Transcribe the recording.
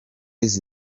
izi